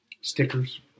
Stickers